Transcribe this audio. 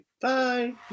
Bye